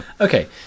Okay